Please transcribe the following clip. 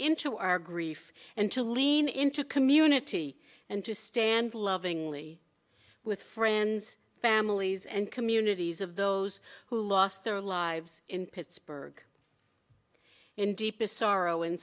into our grief and to lean into community and to stand lovingly with friends families and communities of those who lost their lives in pittsburgh in deepest sorrow in